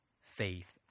faith